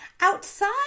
outside